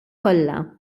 kollha